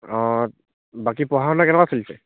অ' বাকী পঢ়া শুনা কেনকুৱা চলিছে